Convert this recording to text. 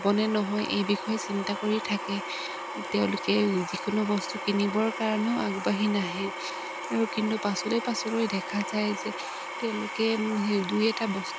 হ'বনে নহয় এই বিষয়ে চিন্তা কৰি থাকে তেওঁলোকে যিকোনো বস্তু কিনিবৰ কাৰণেও আগবাঢ়ি নাহে আৰু কিন্তু পাছলৈ পাছলৈ দেখা যায় যে তেওঁলোকে দুই এটা বস্তু